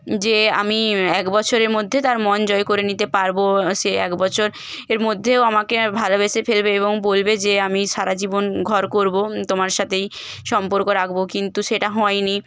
যে আমি এক বছরের মধ্যে তার মন জয় করে নিতে পারবো সে এক বছর এর মধ্যে ও আমাকে ভালোবেসে ফেলবে এবং বলবে যে আমি সারা জীবন ঘর করবো তোমার সাথেই সম্পর্ক রাখবো কিন্তু সেটা হয়নি